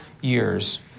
years